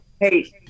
hey